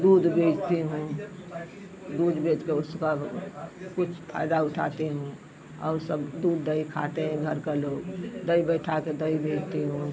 दूध बेचती हूँ दूध बेच कर उसका कुछ फायदा उठाती हूँ और सब दूध दही खाते हैं घर का लोग दही बैठा के दही बेचती हूँ